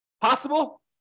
Possible